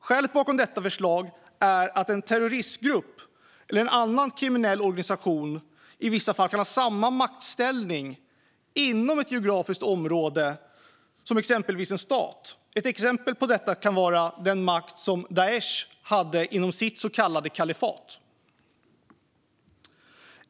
Skälet bakom detta förslag är att en terroristgrupp eller en annan kriminell organisation i vissa fall kan ha samma maktställning inom ett geografiskt område som exempelvis en stat. Ett exempel på det är den makt som Daish hade inom sitt så kallade kalifat.